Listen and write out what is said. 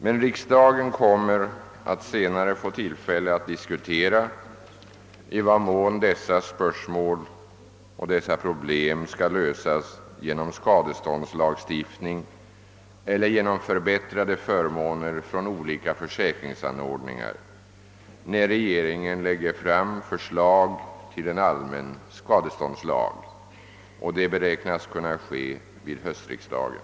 Men riksdagen kommer att få tillfälle att diskutera i vad mån dessa problem skall lösas genom skadeståndslagstiftning eller genom förbättrade förmåner från olika försäkringsanordningar, när regeringen lägger fram förslag till allmän skadeståndslag. Detta beräknas kunna ske vid höstriksdagen.